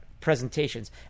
presentations